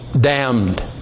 damned